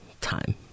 time